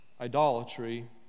idolatry